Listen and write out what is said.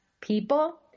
people